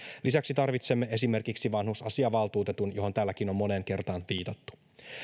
lisäksi tarvitsemme esimerkiksi vanhusasiavaltuutetun johon täälläkin on moneen kertaan viitattu